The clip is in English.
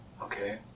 okay